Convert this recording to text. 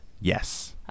Yes